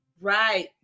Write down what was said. Right